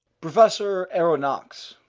professor aronnax,